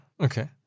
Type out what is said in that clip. okay